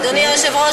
אדוני היושב-ראש,